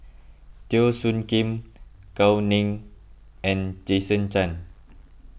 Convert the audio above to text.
Teo Soon Kim Gao Ning and Jason Chan